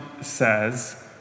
says